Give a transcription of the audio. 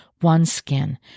OneSkin